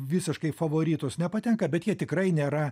visiškai favoritus nepatenka bet jie tikrai nėra